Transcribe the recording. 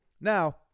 Now